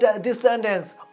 descendants